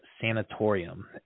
sanatorium